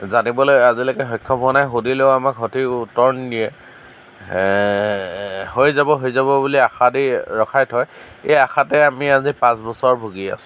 আমি জানিবলৈ আজিলৈকে সক্ষম হোৱা নাই সুধিলেও আমাক সঠিক উত্তৰ নিদিয়ে হৈ যাব হৈ যাব বুলি আমাক আশা দি ৰখাই থয় এই আশাতেই আমি আজি পাঁচ বছৰ ভূগি আছোঁ